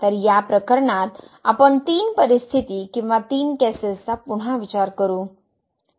तर या प्रकरणात आपण तीन परिस्थिती किंवा तीन केसेसचा पुन्हा विचार करू